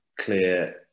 clear